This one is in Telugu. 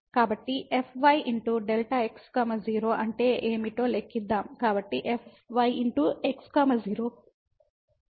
కాబట్టి fy Δx 0 అంటే ఏమిటో లెక్కిద్దాం